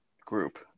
group